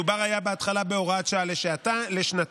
מדובר היה בהתחלה בהוראת שעה לשנתיים.